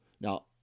Now